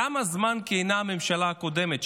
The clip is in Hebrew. כמה זמן כיהנה הממשלה הקודמת,